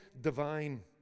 divine